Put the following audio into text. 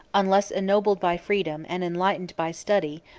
unless ennobled by freedom, and enlightened by study,